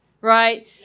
Right